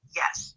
yes